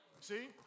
See